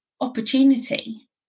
opportunity